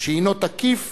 "שהינו תקיף